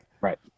Right